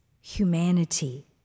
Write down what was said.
humanity